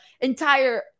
entire